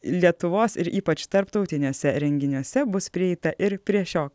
lietuvos ir ypač tarptautiniuose renginiuose bus prieita ir prie šio